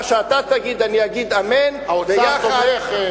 מה שאתה תגיד, אני אגיד אמן, ויחד,